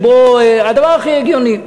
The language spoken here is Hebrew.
הדבר הכי הגיוני.